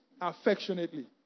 affectionately